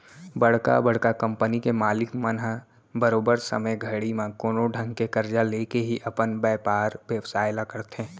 बड़का बड़का कंपनी के मालिक मन ह बरोबर समे घड़ी म कोनो ढंग के करजा लेके ही अपन बयपार बेवसाय ल करथे